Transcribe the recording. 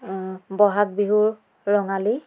বহাগ বিহুৰ ৰঙালী